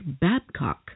Babcock